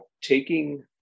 taking